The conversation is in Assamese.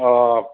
অঁ